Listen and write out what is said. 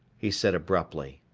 he said abruptly.